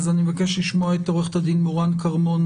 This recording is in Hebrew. אני מבקש לשמוע את עו"ד מורן כרמון,